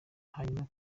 hanyuma